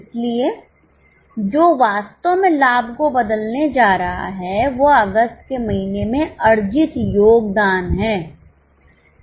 इसलिए जो वास्तव में लाभ को बदलने जा रहा है वह अगस्त के महीने में अर्जित योगदान है